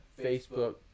Facebook